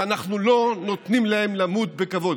ואנחנו לא נותנים להם למות בכבוד?